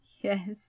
Yes